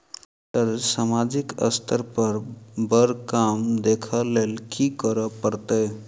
Sir सामाजिक स्तर पर बर काम देख लैलकी करऽ परतै?